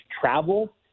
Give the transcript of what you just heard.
travel